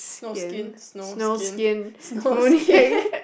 snow skin snow skin snow skin